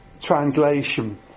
translation